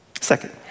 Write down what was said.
Second